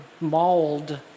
mauled